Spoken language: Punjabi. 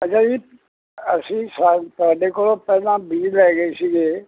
ਅੱਛਾ ਜੀ ਅਸੀਂ ਤੁਹਾ ਤੁਹਾਡੇ ਕੋਲੋਂ ਪਹਿਲਾਂ ਬੀਜ ਲੈ ਗਏ ਸੀਗੇ